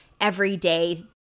everyday